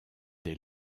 dès